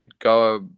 go